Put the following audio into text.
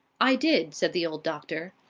i did, said the old doctor.